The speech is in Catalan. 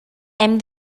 hem